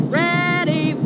ready